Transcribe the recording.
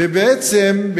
ובעצם,